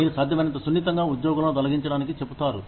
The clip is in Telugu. మీరు సాధ్యమైనంత సున్నితంగా ఉద్యోగులను తొలగించడానికి చెపుతారు